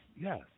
yes